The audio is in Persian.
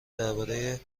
درباره